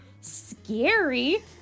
scary